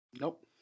Nope